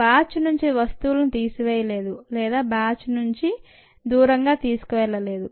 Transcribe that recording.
batch నుంచి వస్తువులను తీసివేయలేదు లేదా బ్యాచ్ నుంచి దూరంగా తీసుకువెళ్ల లేదు